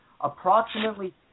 approximately